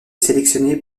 sélectionné